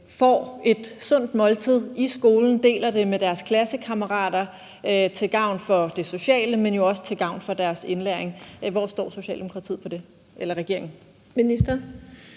får et sundt måltid i skolen og deler det med deres klassekammerater til gavn for det sociale, men også til gavn for deres indlæring. Hvor står regeringen på det? Kl. 17:03 Den